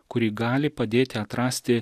kuri gali padėti atrasti